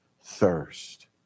thirst